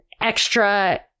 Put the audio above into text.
extra